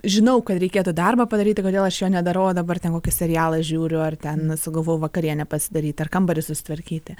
žinau kad reikėtų darbą padaryti kodėl aš jo nedarau o dabar ten kokį serialą žiūriu ar ten sugalvojau vakarienę pasidaryt ar kambarį susitvarkyti